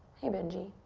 hey, benji.